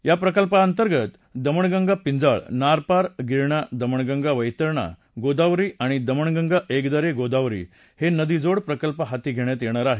या प्रकल्पाअंतर्गत दमणगंगा पिंजाळ नारपार गिरणा दमणगंगा वैतरणा गोदावरी आणि दमणगंगा एकदरे गोदावरी हे नदीजोड प्रकल्प हाती घेण्यात येणार आहेत